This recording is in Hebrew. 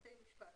בתי משפט,